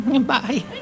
Bye